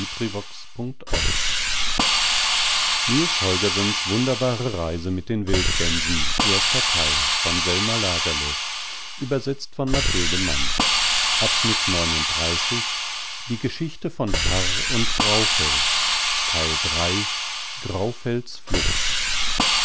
der mit den wildgänsen